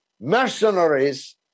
mercenaries